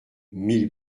mille